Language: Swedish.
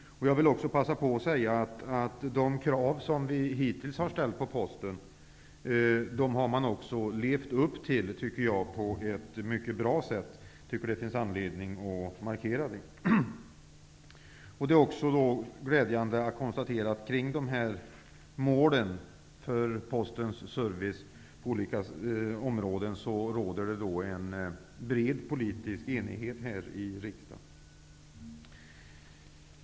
Jag vill också passa på att säga att man också på ett mycket bra sätt har levt upp till de krav som vi hittills har ställt på Posten. Jag tycker att det finns anledning att markera det. Det är också glädjande att konstatera att det råder en bred politisk enighet här i riksdagen om målen för Postens service på olika områden.